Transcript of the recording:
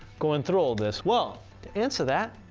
going through all this? well, to answer that,